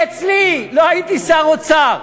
אצלי, לא הייתי שר אוצר,